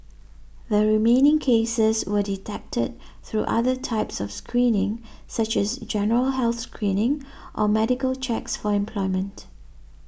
the remaining cases were detected through other types of screening such as general health screening or medical checks for employment